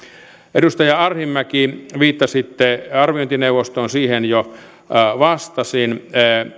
edustaja arhinmäki viittasitte arviointineuvostoon ja siihen jo vastasin